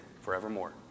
forevermore